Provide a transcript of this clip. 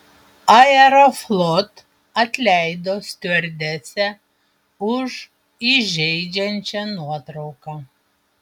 aeroflot atleido stiuardesę už įžeidžiančią nuotrauką